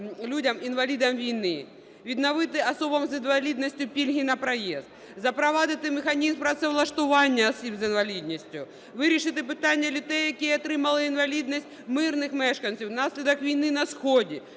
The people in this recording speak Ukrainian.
відновити особам з інвалідністю пільги за проїзд, запровадити механізм працевлаштування осіб з інвалідністю, вирішити питання дітей, які отримали інвалідність, мирних мешканців внаслідок війни на сході,